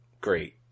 great